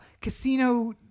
casino